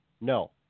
no